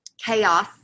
chaos